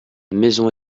maison